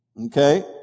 okay